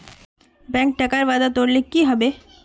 bank टाकार वादा तोरले कि हबे